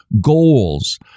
goals